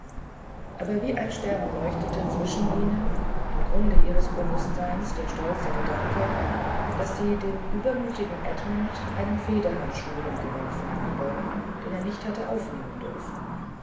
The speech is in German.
aber wie ein stern leuchtete zwischen ihnen im grunde ihres bewußtseins der stolze gedanke daß sie dem übermütigen edmund einen fehdehandschuh hingeworfen habe den er nicht hatte aufnehmen dürfen